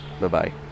Bye-bye